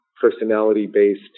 personality-based